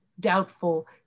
doubtful